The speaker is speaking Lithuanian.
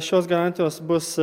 šios garantijos bus